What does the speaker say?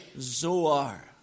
Zoar